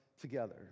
together